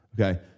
okay